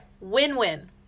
Win-Win